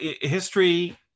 history